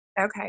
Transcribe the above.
Okay